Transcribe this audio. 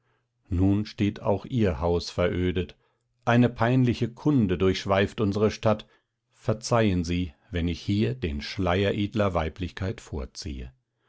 nun steht auch ihr haus verödet eine peinliche kunde durchschweift unsere stadt verzeihen sie wenn ich hier den schleier edler weiblichkeit vorziehe